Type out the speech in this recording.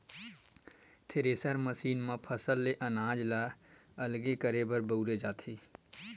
thresher machine म फसल ले अनाज ल अलगे करे बर बउरे जाथे